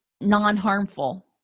non-harmful